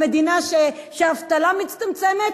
מדינה שהאבטלה בה מצטמצמת,